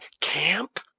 camp